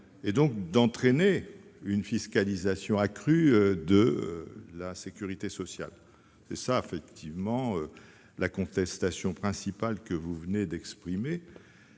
et, donc, d'entraîner une fiscalisation accrue de la sécurité sociale ? C'est la contestation principale que vous venez d'exprimer.